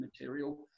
material